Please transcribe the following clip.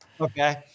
Okay